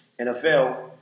NFL